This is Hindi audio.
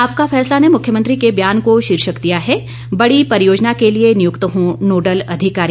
आपका फैसला ने मुख्यमंत्री के बयान को शीर्षक दिया है बड़ी परियोजना के लिए नियुक्त हों नोडल अधिकारी